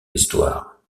histoire